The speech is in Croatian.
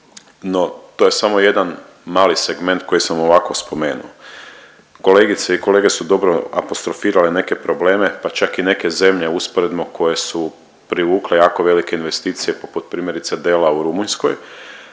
no to je samo jedan mali segment koji sam ovako spomenuo. Kolegice i kolege su dobro apostrofirale neke probleme, pa čak i neke zemlje usporedno koje su privukle jako velike investicije poput primjerice DELA u Rumunjskoj,